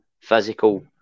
physical